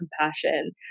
compassion